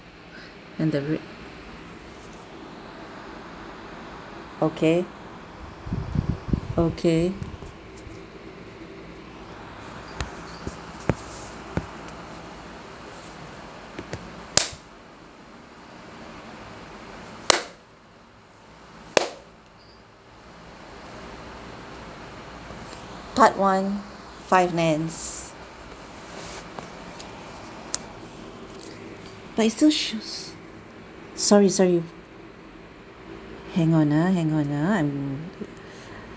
and the red okay okay part one finance but it's too so~ sorry sorry hang on ah hang on ah I'm